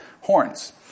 horns